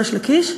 ריש לקיש,